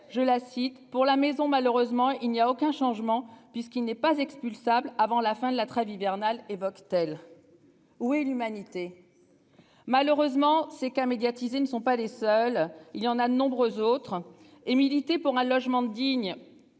je la cite pour la maison. Malheureusement, il n'y a aucun changement, puisqu'il n'est pas expulsable avant la fin de la trêve hivernale, évoque-t-elle. Oui l'humanité. Malheureusement ces cas médiatisés ne sont pas les seuls, il y en a de nombreux autres et militer pour un logement digne.